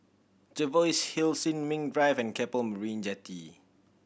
Jervois Hill Sin Ming Drive and Keppel Marina Jetty